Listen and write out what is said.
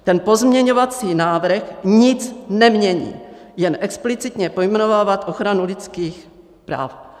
Ten pozměňovací návrh nic nemění, jen explicitně pojmenovává ochranu lidských práv.